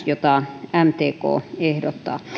jota mtk ehdottaa